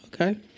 Okay